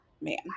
man